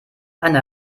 eine